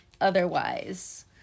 otherwise